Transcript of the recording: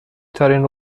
ترین